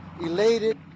elated